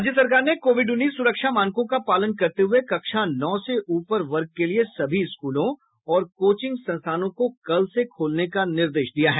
राज्य सरकार ने कोविड उन्नीस सुरक्षा मानकों का पालन करते हुए कक्षा नौ से ऊपर वर्ग के लिए सभी स्कूलों और कोचिंग संस्थानों को कल से खोलने का निर्देश दिया है